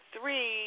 three